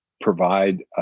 provide